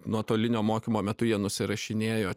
nuotolinio mokymo metu jie nusirašinėjo